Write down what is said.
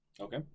Okay